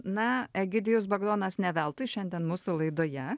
na egidijus bagdonas ne veltui šiandien mūsų laidoje